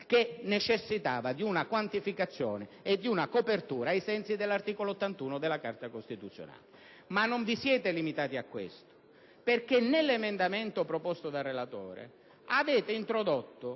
che necessita di una quantificazione e di una copertura, ai sensi dell' articolo 81 della Carta costituzionale. Non vi siete però limitati a questo, perché nell'emendamento proposto dal relatore avete introdotto